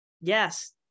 Yes